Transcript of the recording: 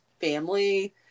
family